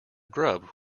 grub